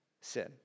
sin